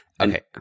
Okay